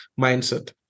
mindset